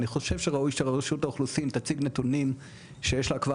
אני חושב שמן הראוי שרשות האוכלוסין תציג נתונים שיש לה כבר